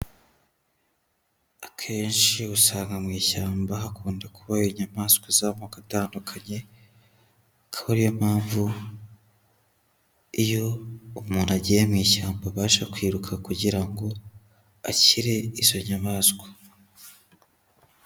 Akenshi usanga mu ishyamba hakunda kuba inyamaswa z'amoko atandukanye, akaba ariyo mpamvu iyo umuntu agiye mu ishyamba abasha kwiruka kugira ngo akire izo nyamaswa.